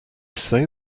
say